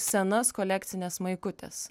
senas kolekcines maikutes